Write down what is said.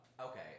Okay